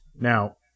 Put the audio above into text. Now